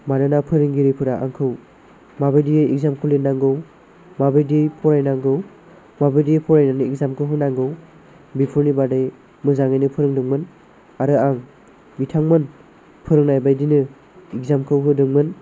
मानोना फोरोंगिरिफोरा आंखौ माबायदियै एग्जाम खौ लिरनांगौ माबायदि फरायनांगौ माबायदियै फरायनानै एग्जाम खौ होनांगौ बेफोरनि बागै मोजाङैनो फोरोंदोंमोन आरो आं बिथांमोन फोरोंनाय बायदिनो एग्जाम खौ होदोंमोन